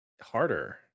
harder